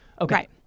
Okay